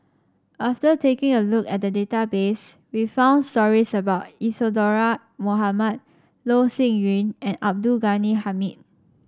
after taking a look at the database we found stories about Isadhora Mohamed Loh Sin Yun and Abdul Ghani Hamid